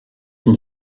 une